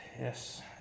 Yes